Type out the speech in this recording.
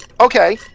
Okay